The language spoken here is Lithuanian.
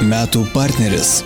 metų partneris